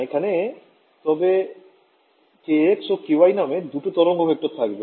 এখানে তবে kx ও ky নামের দুটো তরঙ্গ ভেক্টর থাকবে